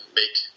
make